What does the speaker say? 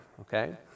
okay